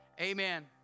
Amen